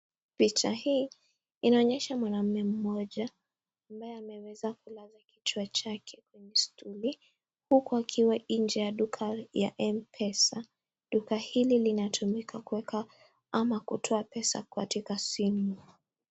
Picha hii inaonyesha mwanaume mmoja ambaye ameweza kuweka chake kwenye stuli huku akiwa nje ya duka ya Mpesa. Duka hili linatumika kutoa au kuweka pesa.